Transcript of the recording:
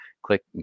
click